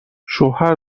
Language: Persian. شوهر